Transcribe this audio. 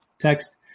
text